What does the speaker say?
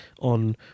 on